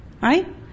right